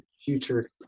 future